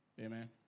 Amen